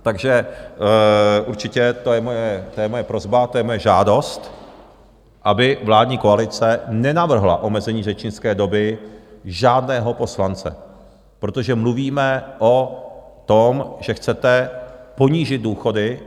Takže určitě to je moje prosba, to je moje žádost, aby vládní koalice nenavrhla omezení řečnické doby žádného poslance, protože mluvíme o tom, že chcete ponížit důchody.